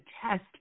test